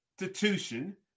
institution